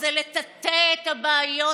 זה לטאטא את הבעיות